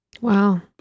Wow